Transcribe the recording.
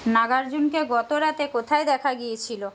নাগার্জুনকে গত রাতে কোথায় দেখা গিয়েছিলো